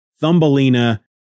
Thumbelina